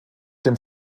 dem